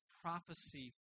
prophecy